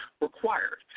required